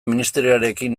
ministerioarekin